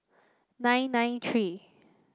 nine nine three